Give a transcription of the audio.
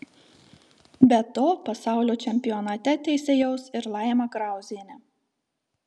be to pasaulio čempionate teisėjaus ir laima krauzienė